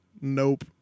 Nope